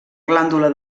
glàndula